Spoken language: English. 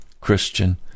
Christian